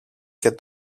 και